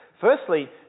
Firstly